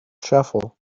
shuffle